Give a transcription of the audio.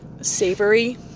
savory